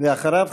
ואחריו,